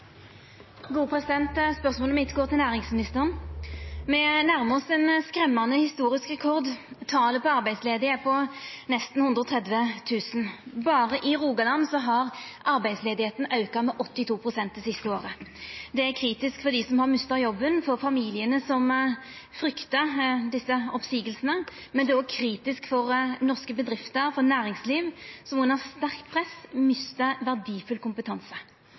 Spørsmålet mitt går til næringsministeren. Me nærmar oss ein skremmande historisk rekord: Talet på arbeidsledige er på nesten 130 000. Berre i Rogaland har arbeidsløysa auka med 82 pst. det siste året. Det er kritisk for dei som har mista jobben, og for familiane som fryktar oppseiingar, men det er òg kritisk for norske bedrifter og norsk næringsliv, som under sterkt press mistar verdifull kompetanse.